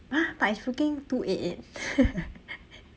!huh! but it's freaking two eight eight